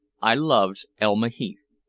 i loved elma heath.